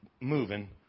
moving